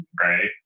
right